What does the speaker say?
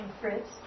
fritz